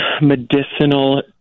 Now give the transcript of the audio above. medicinal